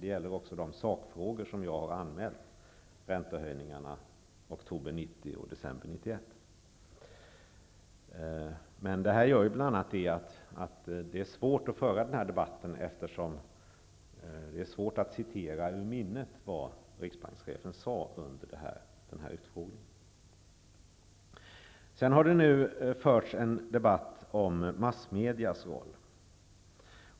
Det gäller också de sakfrågor som jag har anmält, räntehöjningarna i oktober 1990 och i december 1991. Det är svårt att föra den här debatten, eftersom det är svårt att citera ur minnet vad riksbankschefen sade under utfrågningen. Det har förts en debatt om massmedias roll.